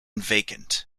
vacant